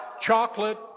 chocolate